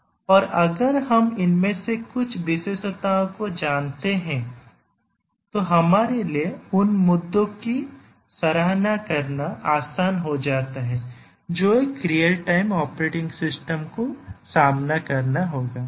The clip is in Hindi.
और अगर हम इनमें से कुछ विशेषताओं को जानते हैं तो हमारे लिए उन मुद्दों की सराहना करना आसान हो जाता है जो एक रियल टाइम ऑपरेटिंग सिस्टम को सामना करना होगा